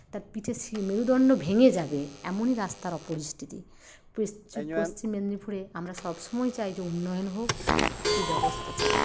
তার পিঠের সে মেরুদণ্ড ভেঙে যাবে এমনই রাস্তার পরিস্থিতি পশ্চিম মেদনীপুরে আমরা সবসময় চাই যে উন্নয়ন হোক তার সুব্যবস্থা চাই